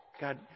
God